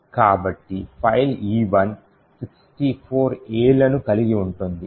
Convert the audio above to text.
కాబట్టి file E1 64 Aలను కలిగి ఉంటుంది